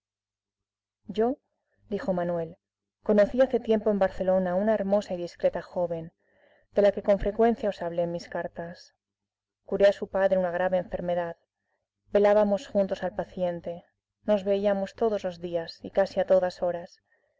yo dijo manuel conocí hace tiempo en barcelona a una hermosa y discreta joven de la que con frecuencia os hablé en mis cartas curé a su padre una grave enfermedad velábamos juntos al paciente nos veíamos todos los días y casi a todas horas